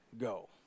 go